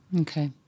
Okay